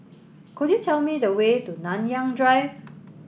could you tell me the way to Nanyang Drive